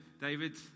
David